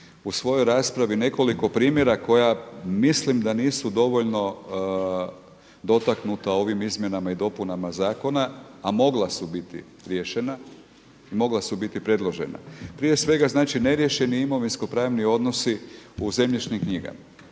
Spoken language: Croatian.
u svojoj raspravi nekoliko primjera koja mislim da nisu dovoljno dotaknuta ovim izmjenama i dopunama zakona, a mogla su biti riješena i mogla su biti predložena. Prije svega znači neriješeni imovinskopravni odnosi u zemljišnim knjigama,